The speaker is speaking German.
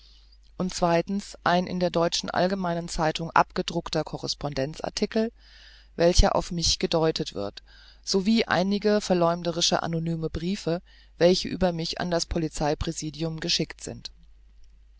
und zweitens ein in der deutschen allgemeinen zeitung abgedruckter correspondenzartikel welcher auf mich gedeutet wird sowie einige verläumderische anonyme briefe welche über mich an das polizeipräsidium geschickt sind